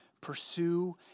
Pursue